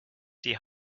die